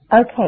Okay